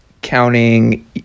counting